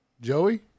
Joey